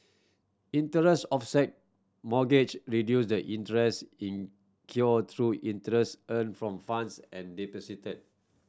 interest offset mortgage reduce the interest incurred through interest earned from funds and deposited